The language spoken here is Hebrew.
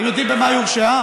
אתם יודעים במה היא הורשעה?